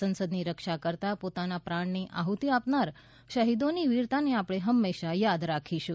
સંસદની રક્ષા કરતા પોતાના પ્રાણની આહ્તી આપનાર શહીદોની વીરતાને આપણે હંમેશા યાદ રાખીશું